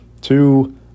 Two